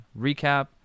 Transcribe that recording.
recap